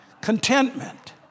Contentment